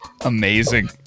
Amazing